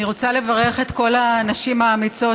אני רוצה לברך את כל הנשים האמיצות